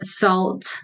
felt